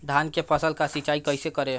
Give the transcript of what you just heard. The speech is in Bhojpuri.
धान के फसल का सिंचाई कैसे करे?